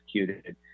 executed